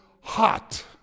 hot